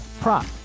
prop